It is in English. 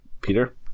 Peter